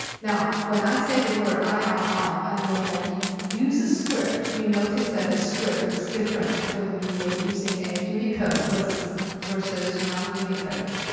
now when i say the i um i mean that you use a script, you notice that the script was different when you were using a unicode versus versus non unicode.